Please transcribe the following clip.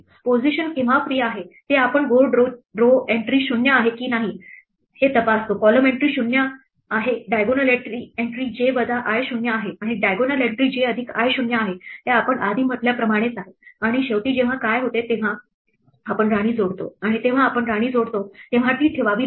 position free केव्हा आहे ते आपण बोर्ड row एंट्री 0 आहे की नाही हे तपासतो column एंट्री 0 आहे diagonal एंट्री j वजा i 0 आहे आणि diagonal एंट्री j अधिक i 0 आहे हे आपण आधी म्हटल्याप्रमाणेच आहे आणि शेवटी जेव्हा काय होते आपण राणी जोडतो तेव्हा आपण राणी जोडतो तेव्हा ती ठेवावी लागते